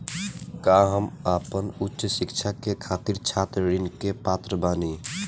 का हम आपन उच्च शिक्षा के खातिर छात्र ऋण के पात्र बानी?